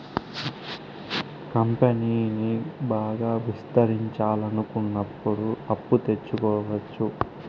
కంపెనీని బాగా విస్తరించాలనుకున్నప్పుడు అప్పు తెచ్చుకోవచ్చు